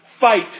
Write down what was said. Fight